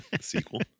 sequel